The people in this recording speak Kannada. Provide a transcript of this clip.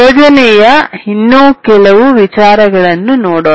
ಯೋಜನೆಯ ಇನ್ನೂ ಕೆಲವು ವಿವರಗಳನ್ನು ನೋಡೋಣ